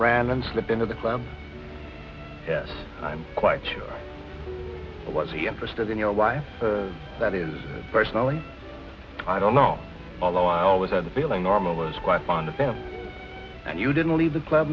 brandon slipped into the club and i'm quite sure it was he interested in your wife that is personally i don't know although i always had the feeling normal was quite fond of him and you didn't leave the club